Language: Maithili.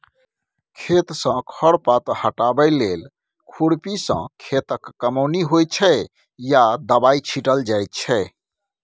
खेतसँ खर पात हटाबै लेल खुरपीसँ खेतक कमौनी होइ छै या दबाइ छीटल जाइ छै